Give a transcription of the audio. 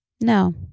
No